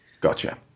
Gotcha